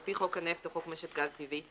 לפי חוק הנפט או חוק משק הגז הטבעי,